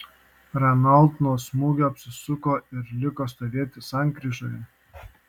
renault nuo smūgio apsisuko ir liko stovėti sankryžoje